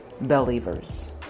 Believers